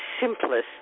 simplest